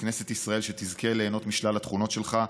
כנסת ישראל שתזכה ליהנות משלל התכונות שלך,